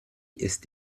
ist